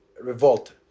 revolt